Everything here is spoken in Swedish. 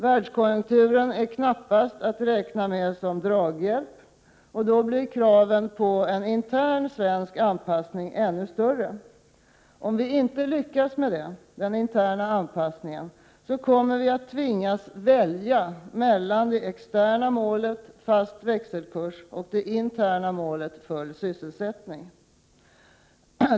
Världskonjunkturen är knappast att räkna med som draghjälp, och då blir kraven på en intern svensk anpassning ännu större. Om vi inte lyckas med den anpassningen kommer vi att tvingas välja mellan det externa målet fast växelkurs och det interna målet full sysselsättning.